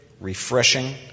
refreshing